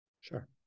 sure